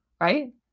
right